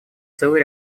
целый